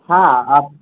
ہاں آپ